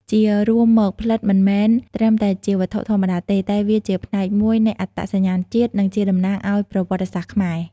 ជារួមមកផ្លិតមិនមែនត្រឹមតែជាវត្ថុធម្មតាទេ តែវាជាផ្នែកមួយនៃអត្តសញ្ញាណជាតិ និងជាតំណាងឱ្យប្រវត្តិសាស្ត្រខ្មែរ។